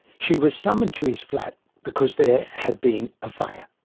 she was summoned to his flat because there had been a fire.